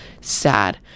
sad